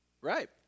Right